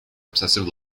obsessive